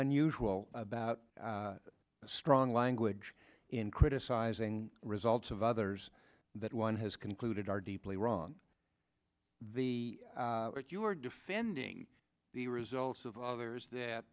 unusual about the strong language in criticizing results of others that one has concluded are deeply wrong the you are defending the results of others that